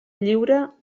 lliure